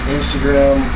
Instagram